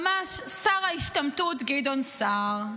ממש שר ההשתמטות גדעון שר.